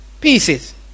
pieces